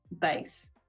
base